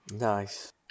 Nice